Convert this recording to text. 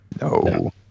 No